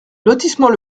lotissement